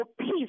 peace